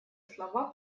слова